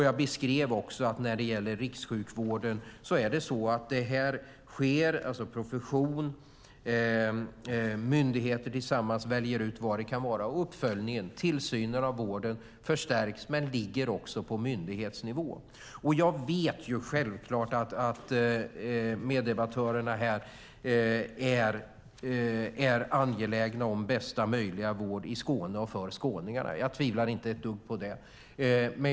Jag beskrev också att när det gäller rikssjukvården är det profession, myndigheter tillsammans, som väljer ut vad det kan vara. Uppföljningen och tillsynen förstärks men ligger också på myndighetsnivå. Jag vet självklart att meddebattörerna är angelägna om bästa möjliga vård i Skåne och för skåningarna. Jag tvivlar inte ett dugg på det.